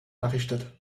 errichtet